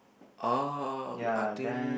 oh I think